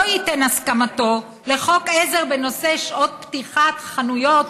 ייתן הסכמתו לחוק עזר בנושא שעות פתיחת חנויות